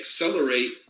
accelerate